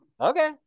Okay